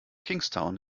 kingstown